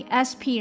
sp，